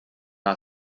are